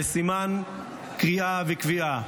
לסימן קריאה וקביעה: